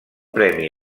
premi